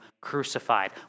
crucified